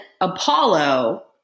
Apollo